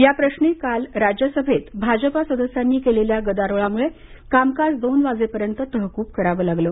याप्रश्नी काल राज्यसभेत भाजपा सदस्यांनी केलेल्या गदारोळामुळे कामकाज दोन वाजेपर्यंत तहकूब करावं लागले